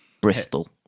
Bristol